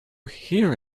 hear